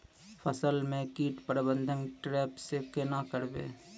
फसल म कीट प्रबंधन ट्रेप से केना करबै?